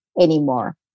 anymore